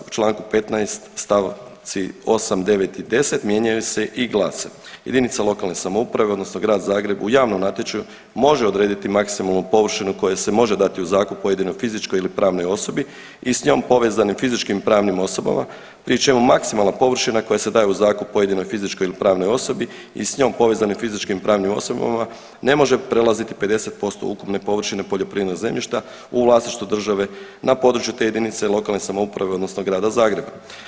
U Članku 15. stavci 8., 9. i 10. mijenjaju se i glase: Jedinica lokalne samouprave odnosno Grad Zagreb u javnom natječaju može odrediti maksimalnu površinu koja se može dati u zakup pojedinoj fizičkoj ili pravnoj osobi i s njom povezanim fizičkim i pravnim osobama pri čemu maksimalna površina koja se daje u zakup pojedinoj fizičkoj ili pravno osobi i s njom povezanim fizičkim i pravnim osobama ne može prelaziti 50% ukupne površine poljoprivrednog zemljišta u vlasništvu države na području te jedinice lokalne samouprave odnosno Grada Zagreba.